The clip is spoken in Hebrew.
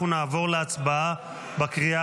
אנחנו נעבור להצבעה בקריאה